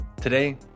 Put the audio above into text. Today